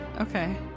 Okay